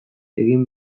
egin